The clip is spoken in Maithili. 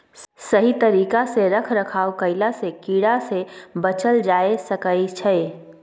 सही तरिका सँ रख रखाव कएला सँ कीड़ा सँ बचल जाए सकई छै